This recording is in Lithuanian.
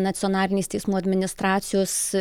nacionalinės teismų administracijos